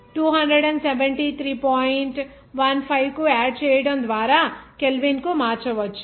15 కు యాడ్ చేయడం ద్వారా కెల్విన్కు మార్చవచ్చు